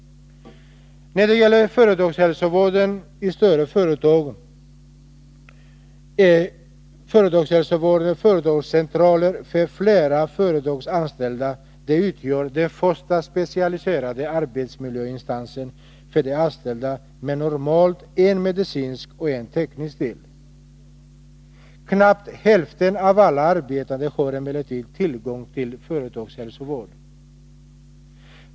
Företagshälsovård i större företag och företagshälsovårdscentraler för flera företags anställda utgör den första specialiserade arbetsmiljöinstansen för de anställda med normalt en medicinsk och en teknisk del. Knappt hälften av alla arbetande har emellertid tillgång till företagshälsovård.